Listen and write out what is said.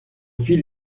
fil